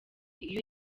iyo